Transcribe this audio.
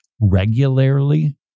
regularly